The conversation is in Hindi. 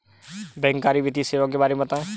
बैंककारी वित्तीय सेवाओं के बारे में बताएँ?